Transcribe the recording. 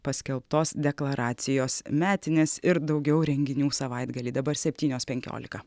paskelbtos deklaracijos metinės ir daugiau renginių savaitgalį dabar septynios penkiolika